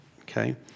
Okay